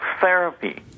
therapy